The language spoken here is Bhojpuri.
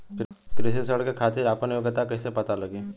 कृषि ऋण के खातिर आपन योग्यता कईसे पता लगी?